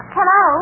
Hello